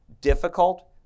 difficult